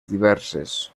diverses